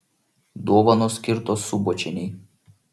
dovanos skirtos subočienei